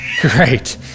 Great